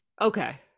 okay